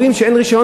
אומרים שאין רישיון.